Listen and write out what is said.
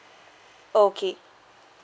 okay